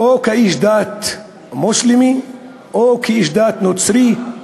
בין שהוא איש דת מוסלמי או איש דת נוצרי,